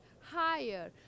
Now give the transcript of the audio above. higher